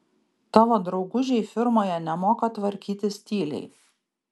tavo draugužiai firmoje nemoka tvarkytis tyliai